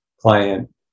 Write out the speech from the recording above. client